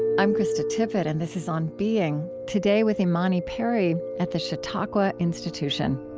i'm krista tippett, and this is on being. today with imani perry at the chautauqua institution